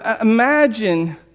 Imagine